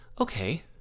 okay